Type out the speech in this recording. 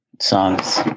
songs